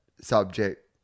subject